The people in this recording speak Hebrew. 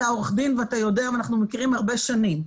אתה עורך דין ואתה יודע ואנחנו מכירים הרבה שנים.